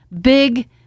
Big